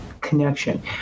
connection